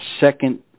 second